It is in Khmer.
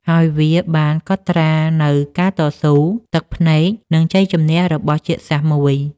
ហើយវាបានកត់ត្រានូវការតស៊ូ ទឹកភ្នែក និងជ័យជម្នះរបស់ជាតិសាសន៍មួយ។